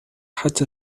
حتى